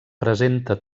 presenta